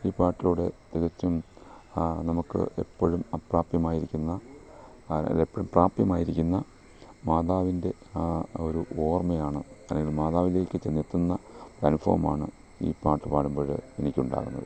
ഈ പാട്ടിലൂടെ തികച്ചും നമുക്ക് എപ്പോഴും അപ്രാപ്യമായിരിക്കുന്ന ആ എപ്പോഴും പ്രാപ്യമായിരിക്കുന്ന മാതാവിൻ്റെ ആ ഒരു ഓർമ്മയാണ് അല്ലെങ്കിൽ മാതാവിലേക്ക് ചെന്നെത്തുന്ന ഒരു അനുഭവമാണ് ഇ പാട്ട് പാടുമ്പോൾ എനിക്കുണ്ടാകുന്നത്